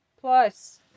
Plus